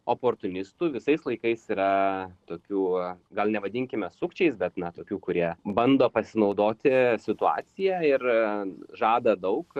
oportunistų visais laikais yra tokių gal nevadinkime sukčiais bet na tokių kurie bando pasinaudoti situacija ir žada daug